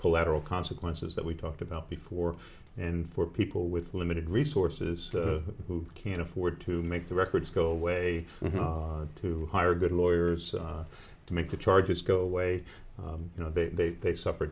collateral consequences that we talked about before and for people with limited resources who can afford to make the records go away to hire good lawyers to make the charges go away you know they they suffer